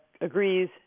agrees